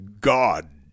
God